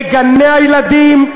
בגני-הילדים,